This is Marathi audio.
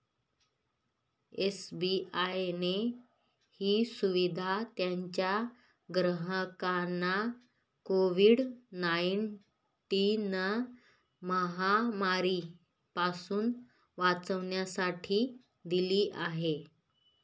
एस.बी.आय ने ही सुविधा त्याच्या ग्राहकांना कोविड नाईनटिन महामारी पासून वाचण्यासाठी दिली आहे